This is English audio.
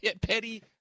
petty